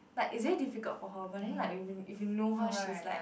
but it's very difficult for her but then when if you know her she's like